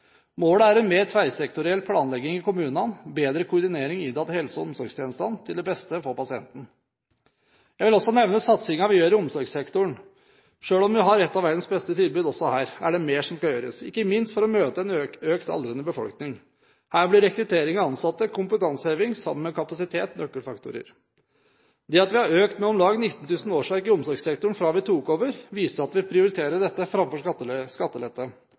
Målet er en mer tverrsektoriell planlegging i kommunene, bedre koordinering innad i helse- og omsorgstjenestene, til det beste for pasienten. Jeg vil også nevne satsingen vi gjør i omsorgssektoren. Selv om vi har et av verdens beste tilbud også her, er det mer som skal gjøres, ikke minst for å møte en økende aldrende befolkning. Her blir rekruttering av ansatte, kompetanseheving, sammen med kapasitet, nøkkelfaktorer. Det at vi har økt med om lag 19 000 årsverk i omsorgssektoren fra vi tok over, viser at vi prioriterer dette framfor skattelette.